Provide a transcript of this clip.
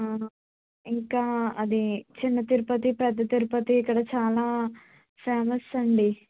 ఇంకా అది చిన్న తిరుపతి పెద్ద తిరుపతి ఇక్కడ చాలా ఫేమస్ అండి